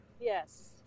Yes